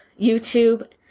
youtube